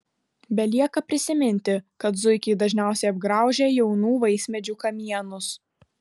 belieka prisiminti kad zuikiai dažniausiai apgraužia jaunų vaismedžių kamienus